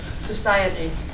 society